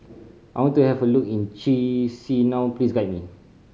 I want to have a look in Chisinau please guide me